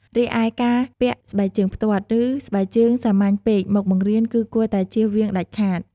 រីឯការពាក់ស្បែកជើងផ្ទាត់ ឬ ស្បែកជើងសាមញ្ញពេកមកបង្រៀនគឺគួរតែចៀសវាងដាច់ខាត។